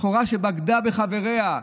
סחורה שבגדה בחבריה,